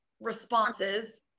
responses